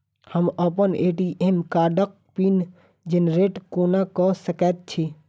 हम अप्पन ए.टी.एम कार्डक पिन जेनरेट कोना कऽ सकैत छी?